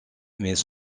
mais